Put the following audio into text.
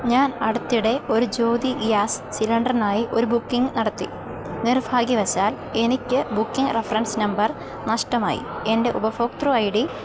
ഞാൻ അടുത്തിടെ ഒരു ജ്യോതി ഗ്യാസ് സിലിണ്ടർനായി ഒരു ബുക്കിങ് നടത്തി നിർഭാഗ്യവശാൽ എനിക്ക് ബുക്കിങ് റഫറൻസ് നമ്പർ നഷ്ടമായി എൻ്റെ ഉപഭോക്തൃ ഐ ഡി